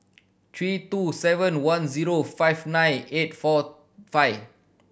three two seven one zero five nine eight four five